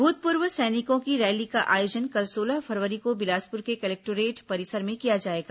भूतपूर्व सैनिकों की रैली का आयोजन कल सोलह फरवरी को बिलासपुर के कलेक्टोरेट परिसर में किया जाएगा